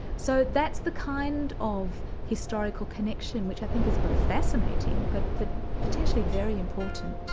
so that's the kind of historical connection which i think is both fascinating but but potentially very important.